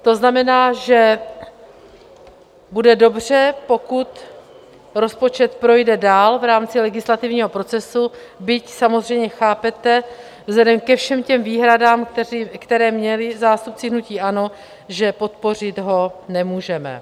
To znamená, že bude dobře, pokud rozpočet projde dál v rámci legislativního procesu, byť samozřejmě chápete, vzhledem ke všem těm výhradám, které měli zástupci hnutí ANO, že podpořit ho nemůžeme.